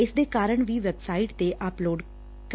ਇਸ ਦੇ ਕਾਰਨ ਵੀ ਵੈਬਸਾਈਟ ਤੇ ਅਪਲੋਡ ਕਰਨ